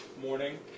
morning